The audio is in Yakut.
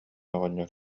оҕонньор